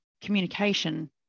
communication